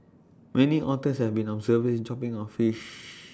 many otters have been observed chomping on fish